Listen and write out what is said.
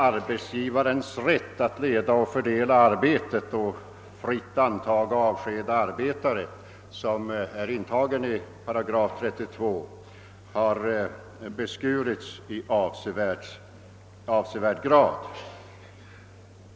Arbetsgivarens rätt att leda och fördela arbetet samt fritt antaga och avskeda arbetare, som är intagen i 8 32, har emellertid i avsevärd grad besku rits.